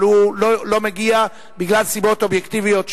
אבל הוא לא מגיע בגלל סיבות אובייקטיביות,